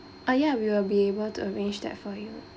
uh yeah we will be able to arrange that for you